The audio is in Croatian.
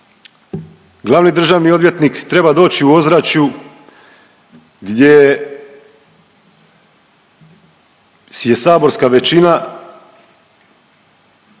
glavni državni odvjetnik treba doći u ozračju gdje je saborska većina koja